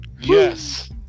Yes